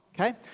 okay